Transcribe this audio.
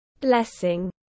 blessing